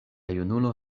junulo